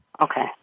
Okay